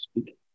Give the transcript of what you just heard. speak